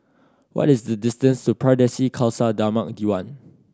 what is the distance to Pardesi Khalsa Dharmak Diwan